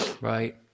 Right